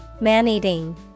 Man-eating